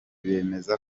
bemeza